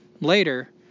later